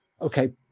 okay